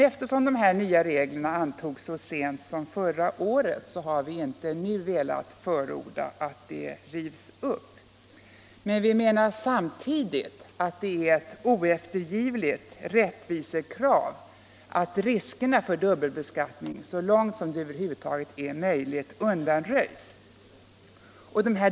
Eftersom de här nya reglerna antogs så sent som förra året har vi emellertid inte nu velat förorda att de rivs upp, men vi menar samtidigt att det är ett oeftergivligt rättvisekrav att riskerna för dubbelbeskattning undanröjs så långt som det över huvud taget är möjligt.